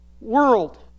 world